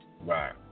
Right